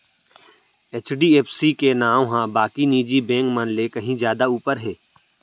HDFC bank के नांव ह बाकी निजी बेंक मन ले कहीं जादा ऊपर हे